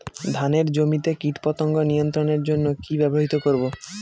ধানের জমিতে কীটপতঙ্গ নিয়ন্ত্রণের জন্য কি ব্যবহৃত করব?